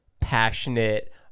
passionate